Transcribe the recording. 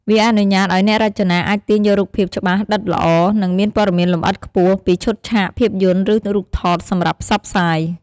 វាអនុញ្ញាតឱ្យអ្នករចនាអាចទាញយករូបភាព ច្បាស់ ដិតល្អ និងមានព័ត៌មានលម្អិតខ្ពស់ ពីឈុតឆាកភាពយន្ត ឬរូបថតសម្រាប់ផ្សព្វផ្សាយ ។